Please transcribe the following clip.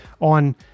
on